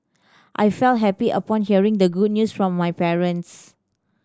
I felt happy upon hearing the good news from my parents